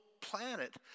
planet